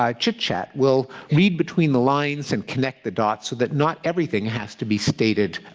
um chit-chat will read between the lines and connect the dots so that not everything has to be stated